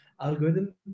algorithm